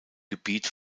gebiet